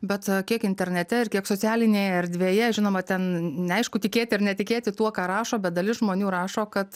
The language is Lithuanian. bet kiek internete ir kiek socialinėje erdvėje žinoma ten neaišku tikėti ar netikėti tuo ką rašo bet dalis žmonių rašo kad